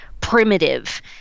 primitive